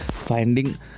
finding